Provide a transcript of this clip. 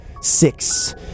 six